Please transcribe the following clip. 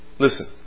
Listen